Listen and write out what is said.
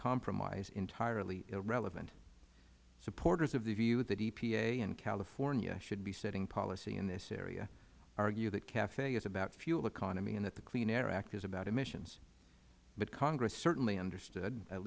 compromise entirely irrelevant supporters of the view that epa in california should be setting policy in this area argue that cafe is about fuel economy and that the clean air act is about emissions but congress certainly understood at